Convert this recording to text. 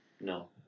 No